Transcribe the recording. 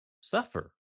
suffer